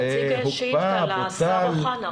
בוטל --- תציג שאילתה לשר אוחנה.